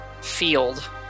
field